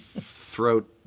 throat